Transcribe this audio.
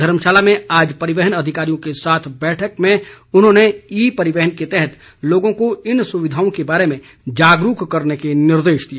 धर्मशाला में आज परिवहन अधिकारियों के साथ बैठक में उन्होंने ई परिवहन के तहत लोगों को इन सुविधाओं के बारे में जागरूक करने के निर्देश दिए